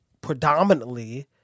predominantly